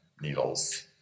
needles